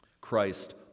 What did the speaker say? Christ